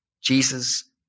Jesus